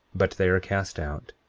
but they are cast out,